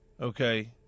okay